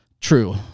True